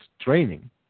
training